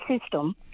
system